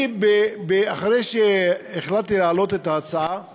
אני, אחרי שהחלטתי להעלות את ההצעה למליאה,